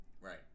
Right